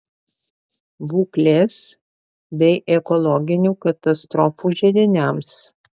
būklės bei ekologinių katastrofų židiniams